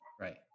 Right